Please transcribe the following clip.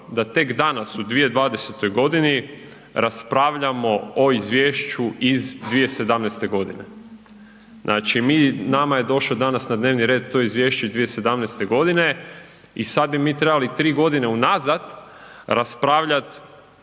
da tek danas u 2020.g. raspravljamo o izvješću iz 2017.g., znači mi, nama je došo danas na dnevni red to izvješće iz 2017.g. i sad bi mi trebali 3.g. unazad raspravljat